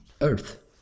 earth